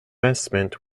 investment